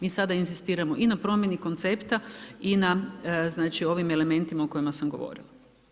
Mi sada inzistiramo i na promjeni koncepta i na znači ovim elementima o kojima sam govorila.